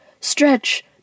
stretch